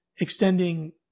extending